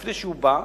לפני שהוא בא,